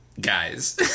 guys